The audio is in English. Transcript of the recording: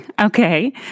Okay